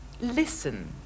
listen